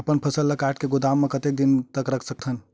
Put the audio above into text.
अपन फसल ल काट के गोदाम म कतेक दिन तक रख सकथव?